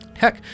Heck